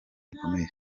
rukomeye